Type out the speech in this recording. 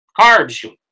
carbs